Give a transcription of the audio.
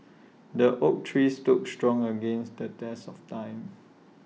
the oak tree stood strong against the test of time